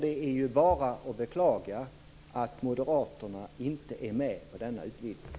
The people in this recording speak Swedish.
Det är bara att beklaga att moderaterna inte är med på denna utvidgning.